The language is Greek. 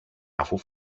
αφού